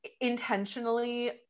intentionally